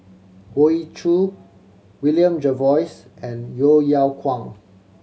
Hoey Choo William Jervois and Yeo Yeow Kwang